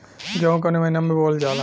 गेहूँ कवने महीना में बोवल जाला?